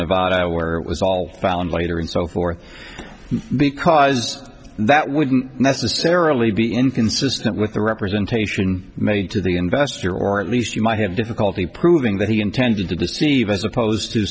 nevada where it was all found later and so forth because that wouldn't necessarily be inconsistent with the representation made to the investor or at least you might have difficulty proving that he intended to deceive as opposed to